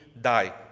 die